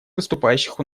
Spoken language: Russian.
выступающих